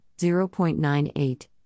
0.98